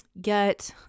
get